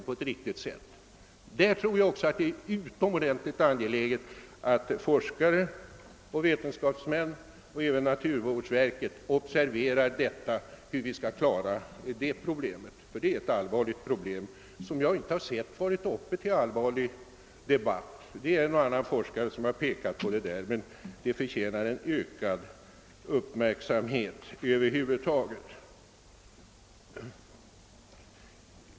Därvidlag tror jag också det är utomordentligt angeläget att forskare och vetenskapsmän och även naturvårdsverket har sin uppmärksamhet riktad på detta problem. Det är en allvarlig fråga, som jag inte märkt varit uppe till mera ingående diskussion. En och annan forskare har pekat på det, men det förtjänar ökad uppmärksamhet.